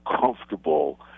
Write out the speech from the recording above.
comfortable